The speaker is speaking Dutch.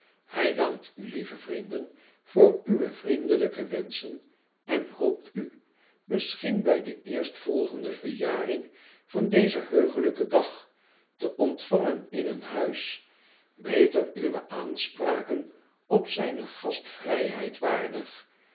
hij dankt u lieve vrienden voor uwe vriendelijke wenschen en hoopt u misschien bij de eerstvolgende verjaring van dezen heuglijken dag te ontvangen in een huis beter uwe aanspraken op zijne gastvrijheid waardig